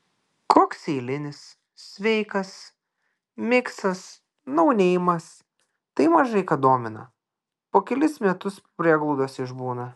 koks eilinis sveikas miksas nauneimas tai mažai ką domina po kelis metus prieglaudose išbūna